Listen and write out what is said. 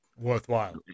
worthwhile